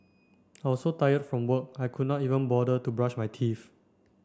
I was so tired from work I could not even bother to brush my teeth